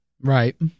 Right